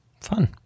Fun